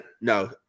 no